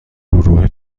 گروه